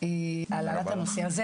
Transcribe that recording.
על העלאת הנושא.